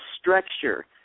structure